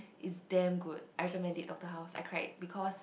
is damn good I recommend it Doctor House I cried because